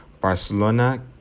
Barcelona